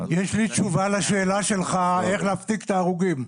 יש לי תשובה לשאלה שלך איך להפסיק את ההרוגים.